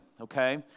okay